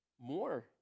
more